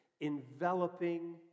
enveloping